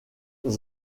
est